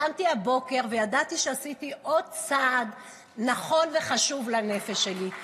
קמתי הבוקר וידעתי שעשיתי עוד צעד נכון וחשוב לנפש שלי.